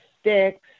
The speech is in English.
sticks